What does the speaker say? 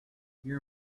your